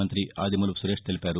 మంతి ఆదిమూలపు సురేశ్ తెలిపారు